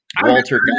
Walter